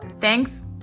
Thanks